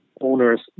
owners